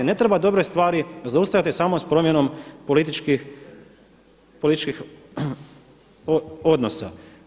Ne treba dobre stvari zaustavljati samo s promjenom političkih odnosa.